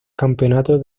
campeonato